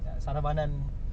sarabanan